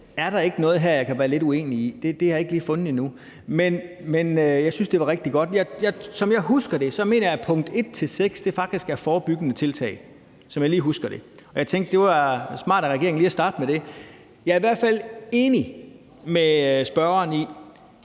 Er der ikke noget her, jeg kan være lidt uenig i? Det har jeg ikke lige fundet endnu. Jeg synes, det er rigtig godt. Som jeg husker det, mener jeg, at punkt 1-6 faktisk er forebyggende tiltag – som jeg lige husker det – og jeg tænkte, at det var smart af regeringen lige at starte med det. Jeg er i hvert fald enig med spørgeren i,